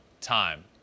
time